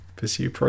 Pursue